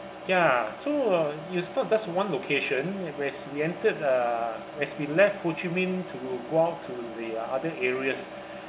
ya so uh it was not just one location whereas we entered uh as we left ho chi minh to go out towards the uh other areas